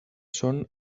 són